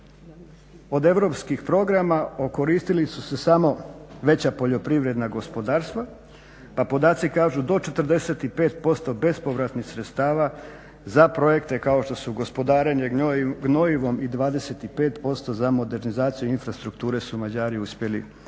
kod europskih programa okoristili su se samo veća poljoprivredna gospodarstva, a podaci kažu do 45% bespovratnih sredstava za projekte kao što su gospodarenje gnojivom i 25% za modernizaciju infrastrukture su Mađari uspjeli na neki